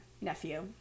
nephew